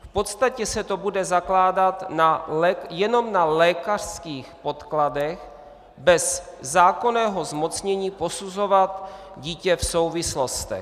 V podstatě se to bude zakládat jenom na lékařských podkladech, bez zákonného zmocnění posuzovat dítě v souvislostech.